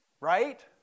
right